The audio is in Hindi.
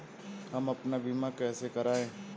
हम अपना बीमा कैसे कराए?